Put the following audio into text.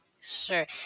Sure